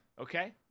Okay